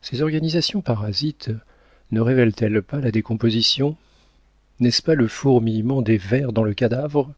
ces organisations parasites ne révèlent elles pas la décomposition n'est-ce pas le fourmillement des vers dans le cadavre